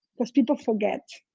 because people forget,